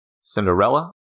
Cinderella